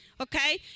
Okay